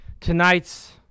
tonight's